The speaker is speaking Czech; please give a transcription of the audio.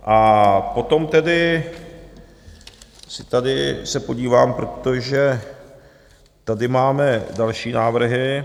A potom tedy tady se podívám... ... protože tady máme další návrhy.